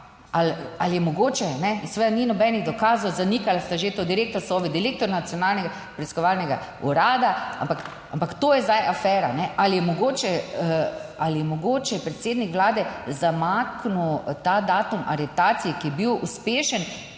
ali je mogoče, seveda ni nobenih dokazov, zanikali ste že to, direktor Sove, direktor Nacionalnega preiskovalnega urada, ampak, ampak to je zdaj afera. Ali je mogoče, ali je mogoče predsednik vlade zamaknil ta datum aretacije, ki je bil uspešen